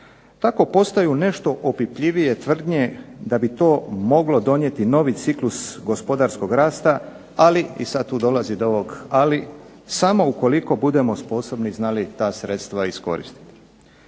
Tako postoje nešto opipljivije tvrdnje da bi to moglo donijeti novi ciklus gospodarskog rasta, ali i sad tu dolazi do ovog ali, samo ukoliko budemo sposobni i znali ta sredstva iskoristiti.